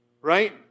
Right